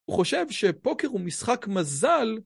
הוא חושב שפוקר הוא משחק מזל.